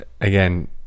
again